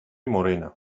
morena